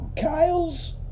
Kyle's